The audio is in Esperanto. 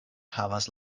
havas